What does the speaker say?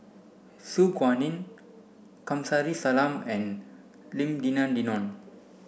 Su Guaning Kamsari Salam and Lim Denan Denon